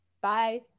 Bye